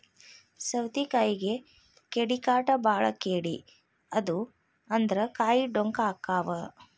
ಸೌತಿಕಾಯಿಗೆ ಕೇಡಿಕಾಟ ಬಾಳ ಕೇಡಿ ಆದು ಅಂದ್ರ ಕಾಯಿ ಡೊಂಕ ಅಕಾವ್